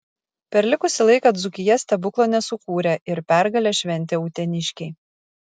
per likusį laiką dzūkija stebuklo nesukūrė ir pergalę šventė uteniškiai